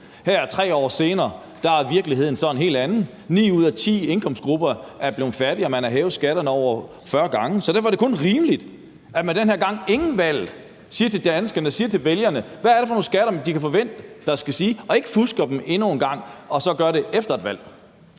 Her 3 år senere er virkeligheden så en helt anden: Ni ud af ti indkomstgrupper er blevet fattigere, og man har hævet skatterne over 40 gange. Så derfor er det kun rimeligt, at man den her gang inden valget siger til danskerne, altså til vælgerne, hvad det er for nogle skatter, de kan forvente skal stige – og ikke fusker endnu en gang og gør det efter et valg.